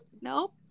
Nope